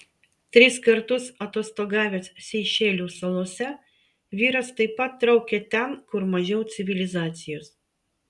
tris kartus atostogavęs seišelių salose vyras taip pat traukė ten kur mažiau civilizacijos